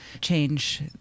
change